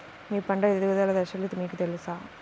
మీ పంట ఎదుగుదల దశలు మీకు తెలుసా?